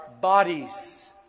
bodies